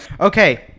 Okay